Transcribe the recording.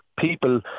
people